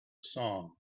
sun